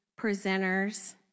presenters